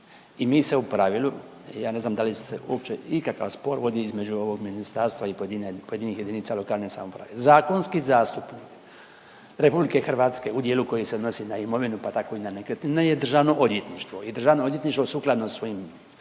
i mi se u pravilu, ja ne znam da li se uopće ikakav spori vodi između ovog ministarstva i pojedine, pojedinih jedinica lokalne samouprave. Zakonski zastupnik RH u dijelu koji se odnosi na imovinu pa tako i na nekretnine je državno odvjetništvo i državno odvjetništvo sukladno svom postupku,